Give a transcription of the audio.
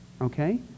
Okay